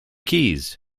keys